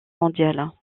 mondiale